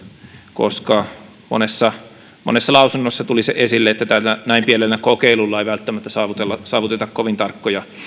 koska monessa monessa lausunnossa tuli esille se että näin pienellä kokeilulla ei välttämättä saavuteta saavuteta kovin tarkkoja